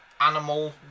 Animal